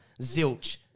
Zilch